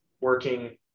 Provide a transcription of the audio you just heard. working